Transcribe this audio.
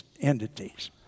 entities